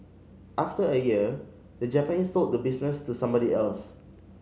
after a year the Japanese sold the business to somebody else